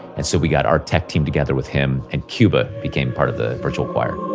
and so we got our tech team together with him, and cuba became part of the virtual choir